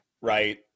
right